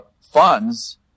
funds